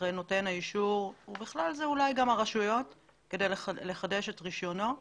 אחרי נותן האישור ובכלל זה אולי גם הרשויות כדי לחדש את רישיונו.